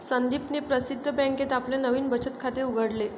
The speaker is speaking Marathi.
संदीपने प्रसिद्ध बँकेत आपले नवीन बचत खाते उघडले